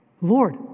Lord